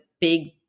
big